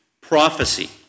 prophecy